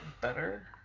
better